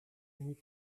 nuit